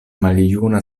maljuna